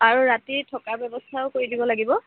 আৰু ৰাতি থকাৰ ব্যৱস্থাও কৰি দিব লাগিব